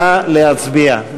נא להצביע.